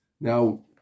now